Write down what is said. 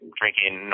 drinking